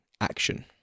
action